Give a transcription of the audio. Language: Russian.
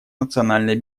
национальной